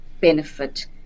benefit